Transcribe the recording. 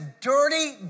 dirty